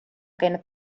käinud